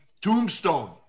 tombstone